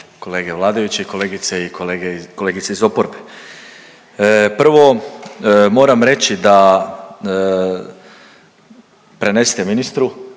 kolege vladajući i kolegice i kolege iz oporbe. Prvo, moram reći da, prenesite ministru,